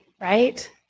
right